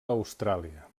austràlia